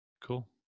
cool